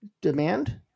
demand